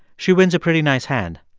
she wins a pretty nice hand.